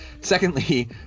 Secondly